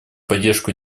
поддержку